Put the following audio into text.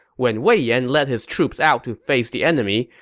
when wei yan led his troops out to face the enemy,